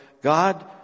God